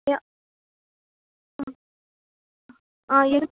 யா ஆ ஆ இருக்கு